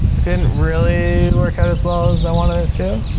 it didn't really work out as well as i wanted it to,